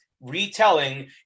retelling